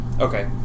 Okay